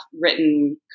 written